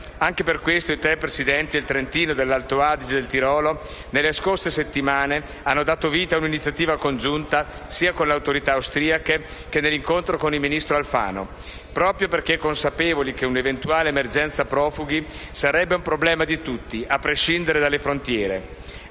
Anche per questo i tre Presidenti del Trentino, dell'Alto Adige e del Tirolo nelle scorse settimane hanno dato vita a un'iniziativa congiunta sia con le autorità austriache che nell'incontro con il ministro Alfano, proprio perché consapevoli che un'eventuale emergenza profughi sarebbe un problema di tutti, a prescindere dalle frontiere.